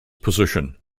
position